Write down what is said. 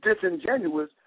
disingenuous